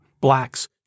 blacks